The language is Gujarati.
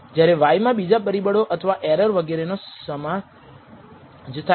જ્યારે y મા બીજા પરિબળો અથવા એરર વગેરેનો સમાજ થાય છે